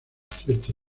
cierto